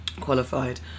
qualified